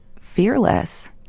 fearless